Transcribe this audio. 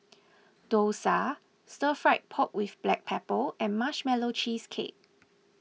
Dosa Stir Fried Pork with Black Pepper and Marshmallow Cheesecake